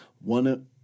one